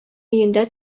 өендә